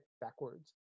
backwards